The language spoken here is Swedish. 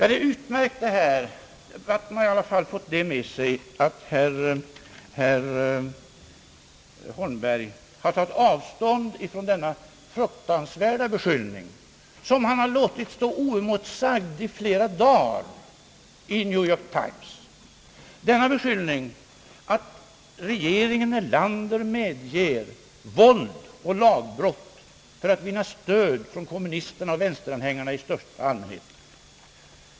En sak är utmärkt, som har sagts i denna debatt, ty den har i alla fall fört med sig att herr Holmberg har tagit avstånd från den fruktansvärda beskyllning som han har låtit stå oemotsagd under flera dagar i New York Times, nämligen att regeringen Erlander medger våld och lagbrott för att vinna stöd från kommunisterna och vänsteranhängare i största allmänhet.